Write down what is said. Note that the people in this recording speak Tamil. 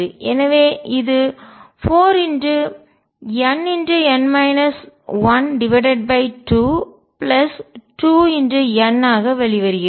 எனவே இது 4nn 122×n ஆக வெளிவருகிறது